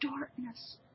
darkness